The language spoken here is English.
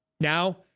Now